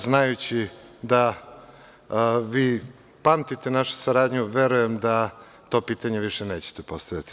Znajući da vi pamtite našu saradnju, verujem da to pitanje više nećete postavljati.